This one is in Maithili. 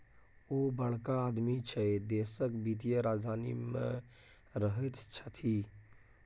ओ बड़का आदमी छै देशक वित्तीय राजधानी मे रहैत छथि